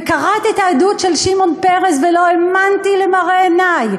וקראתי את העדות של שמעון פרס ולא האמנתי למראה עיני.